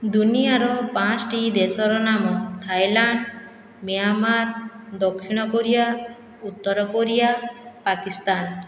ଦୁନିଆର ପାଞ୍ଚ୍ଟି ଦେଶର ନାମ ଥାଇଲାଣ୍ଡ ମିଆଁମାର ଦକ୍ଷିଣକୋରିଆ ଉତ୍ତରକୋରିଆ ପାକିସ୍ତାନ